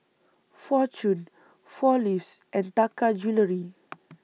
Fortune four Leaves and Taka Jewelry